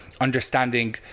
understanding